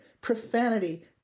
profanity